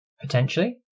potentially